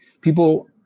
People